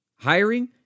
Hiring